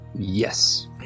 Yes